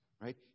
right